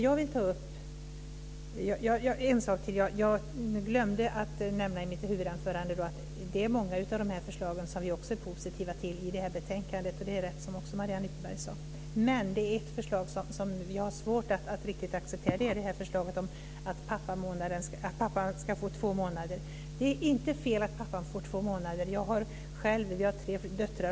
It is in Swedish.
Jag glömde att nämna i mitt huvudanförande att det är många av dessa förslag i det här betänkandet som vi också är positiva till. Det är rätt, som också Mariann Ytterberg sade. Men det är ett förslag som vi har svårt att riktigt acceptera. Det är det här förslaget om att pappan ska få två månader. Det är inte fel att pappan får två månader. Jag har själv tre döttrar.